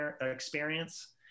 experience